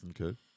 Okay